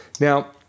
Now